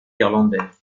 irlandais